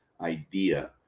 idea